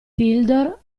tildor